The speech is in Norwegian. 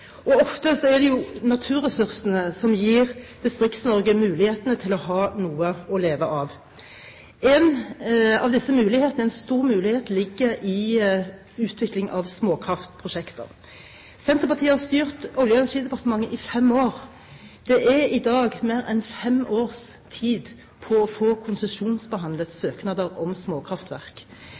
Distrikts-Norge. Ofte er det naturressursene som gir Distrikts-Norge mulighetene til å ha noe å leve av. En av disse mulighetene – en stor mulighet – ligger i utvikling av småkraftprosjekter. Senterpartiet har styrt Olje- og energidepartementet i fem år. Det tar i dag mer enn fem års tid å få konsesjonsbehandlet søknader om